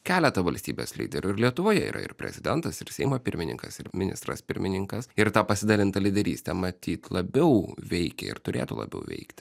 keletą valstybės lyderių ir lietuvoje yra ir prezidentas ir seimo pirmininkas ir ministras pirmininkas ir ta pasidalinta lyderystė matyt labiau veikia ir turėtų labiau veikti